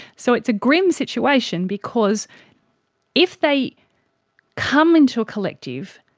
so it's a grim situation because if they come into a collective,